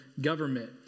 government